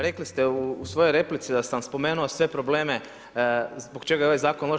Rekli ste u svojoj replici da sam spomenuo sve probleme zbog čega je ovaj zakon loš.